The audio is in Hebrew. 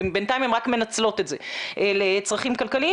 בינתיים הן רק מנצלות את זה לצרכים כלכליים,